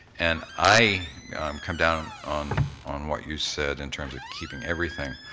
and i come down on on what you said in terms of keeping everything.